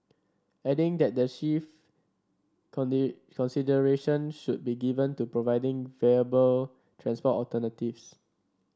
adding that the chief consideration should be given to providing viable transport alternatives